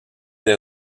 les